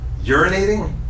urinating